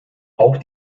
auch